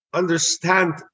understand